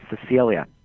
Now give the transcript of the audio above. Cecilia